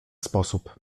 sposób